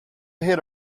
hit